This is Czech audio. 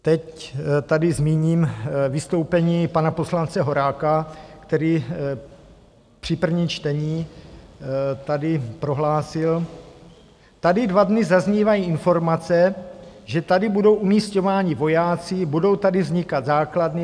Teď tady zmíním vystoupení pana poslance Horáka, který při prvním čtení tady prohlásil: Tady dva dny zaznívají informace, že tady budou umisťováni vojáci, budou tady vznikat základny.